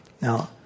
Now